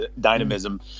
dynamism